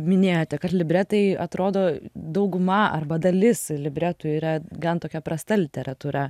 minėjote kad libretai atrodo dauguma arba dalis libretų yra gan tokia prasta literatūra